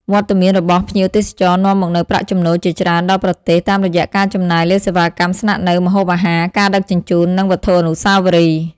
វត្តមានរបស់ភ្ញៀវទេសចរនាំមកនូវប្រាក់ចំណូលជាច្រើនដល់ប្រទេស តាមរយៈការចំណាយលើសេវាកម្មស្នាក់នៅ ម្ហូបអាហារ ការដឹកជញ្ជូន និងវត្ថុអនុស្សាវរីយ៍។